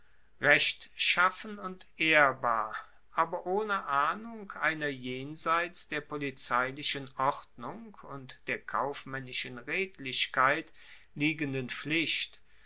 rechtschaffen und ehrbar aber ohne ahnung einer jenseits der polizeilichen ordnung und der kaufmaennischen redlichkeit liegenden pflicht